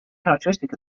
characteristic